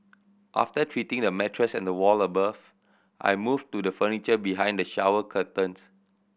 after treating the mattress and the wall above I moved to the furniture behind the shower curtains